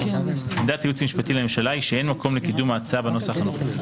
עמדת הייעוץ המשפטי לממשלה היא שאין מקום לקידום ההצעה בנוסח הנוכחי.